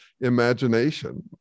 imagination